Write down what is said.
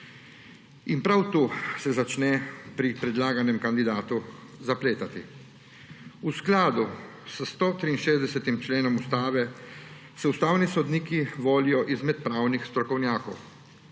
In prav tu se začne pri predlaganem kandidatu zapletati. V skladu s 163. členom Ustave se ustavni sodniki volijo izmed pravnih strokovnjakov.